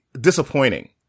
disappointing